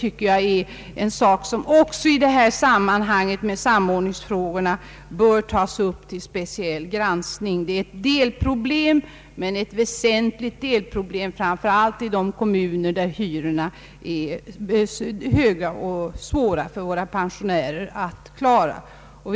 Detta är en sak som bör tas upp till speciell granskning när samordningsfrågorna diskuteras. Det är ett delproblem, men ett väsentligt delproblem, framför allt i de kommuner där hyrorna är höga, så höga att våra pensionärer har svårt att klara dem.